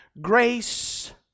grace